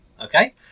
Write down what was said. okay